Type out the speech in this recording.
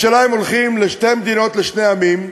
השאלה, אם הולכים לשתי מדינות לשני עמים,